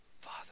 Father